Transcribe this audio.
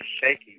shaky